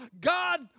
God